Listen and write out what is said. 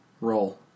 roll